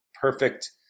perfect